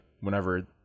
whenever